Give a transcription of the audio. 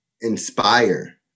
inspire